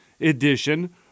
edition